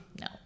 No